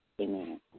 Amen